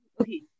Okay